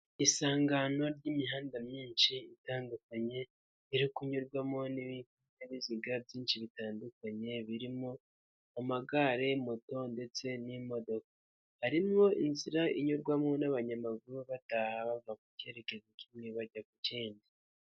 Isangano ry'imihanda myinshi itandukanye, riri kunyurwamo n'ibinyabiziga byinshi bitandukanye, birimo amagare, moto ndetse n'imodoka, harimo inzira inyurwamo n'abanyamaguru bataha, bava mu kerekezo kimwe bajya mu kindi.